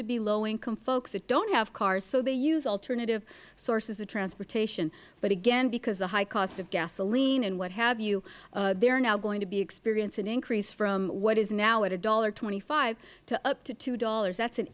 to be low income folks who do not have cars so they use alternative sources of transportation but again because the high cost of gasoline and what have you they are not going to be experiencing an increase from what is now at a one dollar twenty five cents to up to two dollars that is an